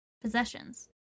possessions